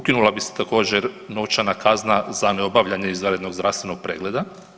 Ukinula bi se također novčana kazna za neobavljanje izvanrednog zdravstvenog pregleda.